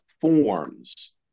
forms